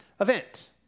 event